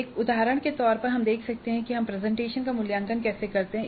एक उदाहरण के तौर पर हम देख सकते हैं कि हम प्रेजेंटेशन का मूल्यांकन कैसे करते हैं